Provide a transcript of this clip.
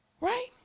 right